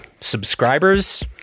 subscribers